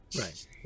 Right